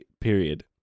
period